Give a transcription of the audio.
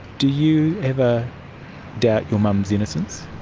do you ever doubt your mum's innocence?